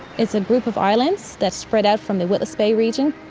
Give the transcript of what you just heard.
it's a group of islands that's spread out from the witless bay region,